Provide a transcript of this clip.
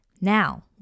Now